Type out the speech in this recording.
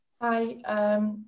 Hi